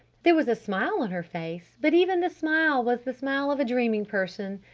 there was a smile on her face, but even the smile was the smile of a dreaming person.